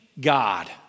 God